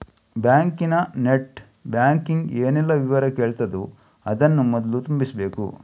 ಬ್ಯಾಂಕಿನ net banking ಏನೆಲ್ಲ ವಿವರ ಕೇಳ್ತದೋ ಅದನ್ನ ಮೊದ್ಲು ತುಂಬಿಸ್ಬೇಕು